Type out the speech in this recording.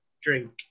drink